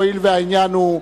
הואיל והעניין הוא,